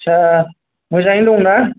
आटसा मोजाङै दंना